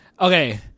okay